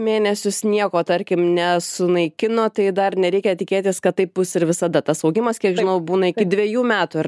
mėnesius nieko tarkim nesunaikino tai dar nereikia tikėtis kad taip bus ir visada tas augimas kiek žinau būna iki dvejų metų ar